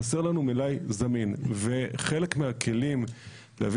חסר לנו מלאי זמין וחלק מהכלים להביא